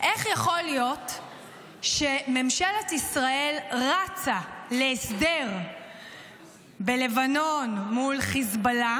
איך יכול להיות שממשלת ישראל רצה להסדר בלבנון מול חיזבאללה,